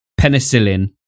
penicillin